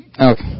Okay